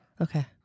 okay